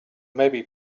maybe